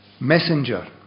messenger